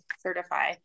certify